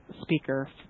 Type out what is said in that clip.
speaker